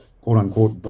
quote-unquote